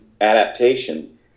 adaptation